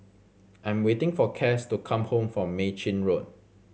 I'm waiting for Cas to come home from Mei Chin Road